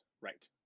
right